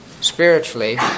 spiritually